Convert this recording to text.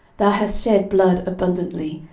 thou hast shed blood abundantly,